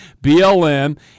BLM